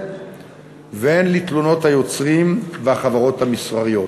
והן לתלונות היוצרים והחברות המסחריות.